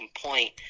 complaint